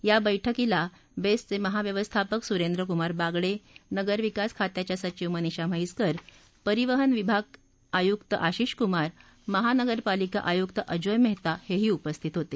या वैठकीला बेस्टचे महाव्यवस्थापक सुरेंद्र कुमार बागडे नगरविकास खात्याच्या सचिव मनिषा म्हैकर परिवहन विभाग आयुक्त आशिषकुमार महापालिका आयुक्त अजोय मेहता हेही उपस्थित होते